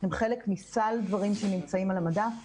הן חלק מסל דברים שנמצאים על המדף.